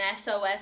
SOS